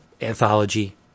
Anthology